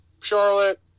Charlotte